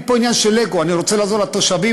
אין פה עניין של אגו, אני רוצה לעזור לתושבים.